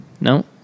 No